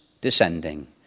descending